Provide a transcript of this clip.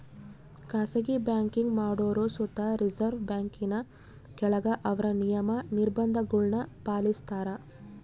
ಖಾಸಗಿ ಬ್ಯಾಂಕಿಂಗ್ ಮಾಡೋರು ಸುತ ರಿಸರ್ವ್ ಬ್ಯಾಂಕಿನ ಕೆಳಗ ಅವ್ರ ನಿಯಮ, ನಿರ್ಭಂಧಗುಳ್ನ ಪಾಲಿಸ್ತಾರ